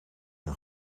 een